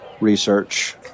research